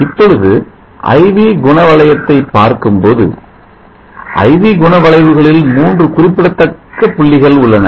இப்பொழுது I V குண வளையத்தை பார்க்கும்போது I V குணவளைவுகளில் மூன்று குறிப்பிடத்தக்க புள்ளிகள் உள்ளன